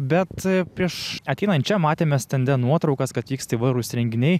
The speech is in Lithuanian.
bet prieš ateinant čia matėme stende nuotraukas kad vyks įvairūs renginiai